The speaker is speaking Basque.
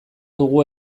dugu